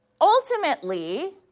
Ultimately